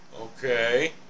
Okay